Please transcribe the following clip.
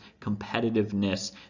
competitiveness